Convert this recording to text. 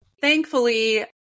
thankfully